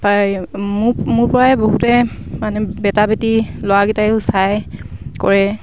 প্ৰায় মোক মোৰপৰাই বহুতে মানে বেটা বেটী ল'ৰাকেইটায়ো চাই কৰে